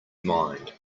mind